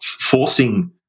forcing